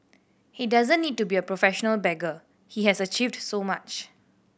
he doesn't need to be a professional beggar he has achieved so much